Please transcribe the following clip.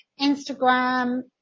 Instagram